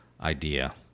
idea